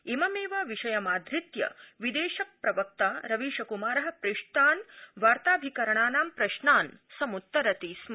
इममद्व विषयमाधृत्य विदर्यप्रवक्ता रवीशकुमार पृष्ठभ्रम् वार्ताभिकरणानां प्रश्नान् समुत्तरति स्म